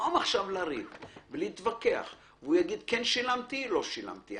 במקום לריב ולהתווכח והוא יגיד כן שילמתי או לא שילמתי.